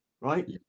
Right